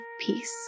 peace